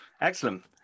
excellent